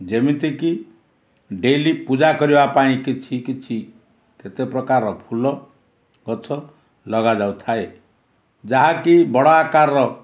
ଯେମିତିକି ଡେଲି ପୂଜା କରିବା ପାଇଁ କିଛି କିଛି କେତେ ପ୍ରକାର ଫୁଲ ଗଛ ଲଗାଯାଉଥାଏ ଯାହାକି ବଡ଼ ଆକାରର